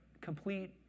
complete